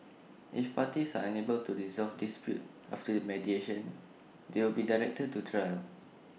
if parties are unable to resolve disputes after mediation they will be directed to A trial